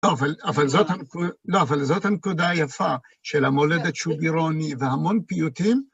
לא, אבל זאת הנקודה היפה של המולדת שובירוני והמון פיוטים.